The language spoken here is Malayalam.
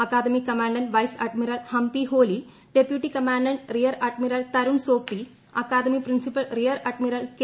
academy commandant vice admiral Hampiholi deputy commandant rear admiral Tarun Sobti academy principal rear admiral K